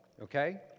okay